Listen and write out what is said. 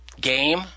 game